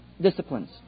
disciplines